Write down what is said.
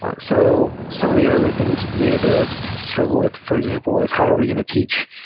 ah so some of the early things we had to struggle with, for example, is how are we going to teach,